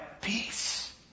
peace